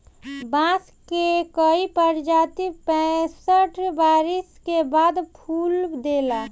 बांस कअ कई प्रजाति पैंसठ बरिस के बाद फूल देला